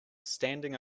standing